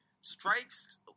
strikes